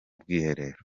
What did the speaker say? bwiherero